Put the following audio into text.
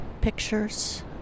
pictures